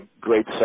great